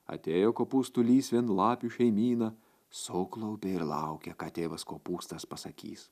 atėjo kopūstų lysvėn lapių šeimyna suklaupė ir laukė ką tėvas kopūstas pasakys